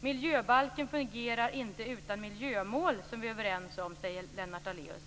Miljöbalken fungerar inte utan miljömål som vi är överens om, säger Lennart Daléus.